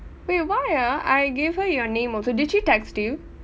wait why ah I give her your name also did she text you